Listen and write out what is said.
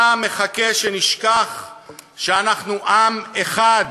אתה מחכה שנשכח שאנחנו עם אחד,